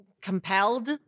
compelled